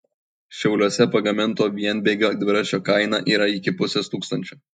šiauliuose pagaminto vienbėgio dviračio kaina yra iki pusės tūkstančio